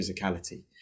physicality